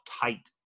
tight